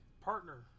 partner